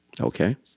Okay